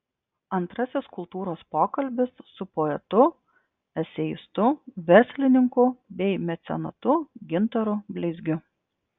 antrasis kultūros pokalbis su poetu eseistu verslininku bei mecenatu gintaru bleizgiu